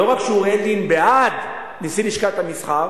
לא רק שאוריאל לין, נשיא איגוד לשכות המסחר,